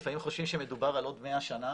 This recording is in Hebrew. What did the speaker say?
לפעמים חושבים שמדובר על עוד 100 שנה,